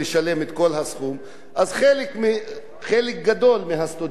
לחלק גדול מהסטודנטים משלמות המשפחות.